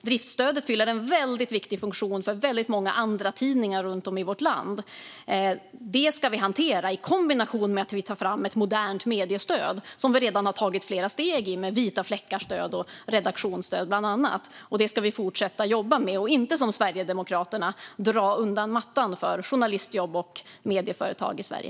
Driftsstödet fyller ju en väldigt viktig funktion för många andratidningar runt om i vårt land. Detta ska vi hantera i kombination med att vi tar fram ett modernt mediestöd, som vi redan har tagit flera steg mot med bland annat vita-fläckar-stöd och redaktionsstöd. Detta ska vi fortsätta jobba med och inte som Sverigedemokraterna dra undan mattan för journalistjobb och medieföretag i Sverige.